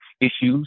issues